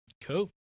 Cool